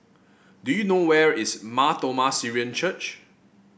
do you know where is Mar Thoma Syrian Church